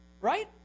Right